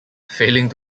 failing